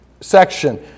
section